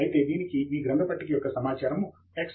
అయితే దీనికి మీ గ్రంథ పట్టిక యొక్క సమాచారము ఎక్స్